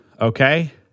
okay